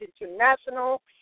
International